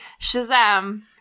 Shazam